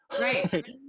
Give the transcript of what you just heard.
Right